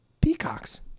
peacocks